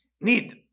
Need